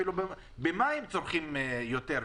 אפילו במים צורכים יותר,